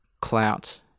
clout